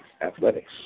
athletics